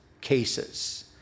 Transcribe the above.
cases